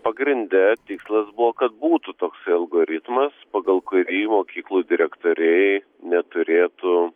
pagrinde tikslas buvo kad būtų toks algoritmas pagal kurį mokyklų direktoriai neturėtų